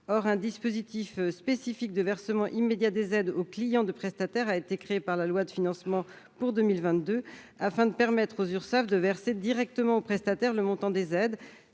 Or un dispositif spécifique de versement immédiat des aides aux clients de prestataires a été créé par la LFSS pour 2022 afin de permettre aux Urssaf de verser directement au prestataire le montant des aides